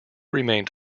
remained